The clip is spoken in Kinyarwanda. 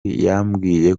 yambwiye